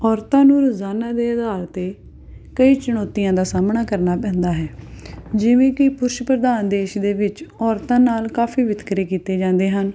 ਔਰਤਾਂ ਨੂੰ ਰੋਜ਼ਾਨਾ ਦੇ ਆਧਾਰ 'ਤੇ ਕਈ ਚੁਣੌਤੀਆਂ ਦਾ ਸਾਹਮਣਾ ਕਰਨਾ ਪੈਂਦਾ ਹੈ ਜਿਵੇਂ ਕਿ ਪੁਰਸ਼ ਪ੍ਰਧਾਨ ਦੇਸ਼ ਦੇ ਵਿੱਚ ਔਰਤਾਂ ਨਾਲ ਕਾਫੀ ਵਿਤਕਰੇ ਕੀਤੇ ਜਾਂਦੇ ਹਨ